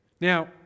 Now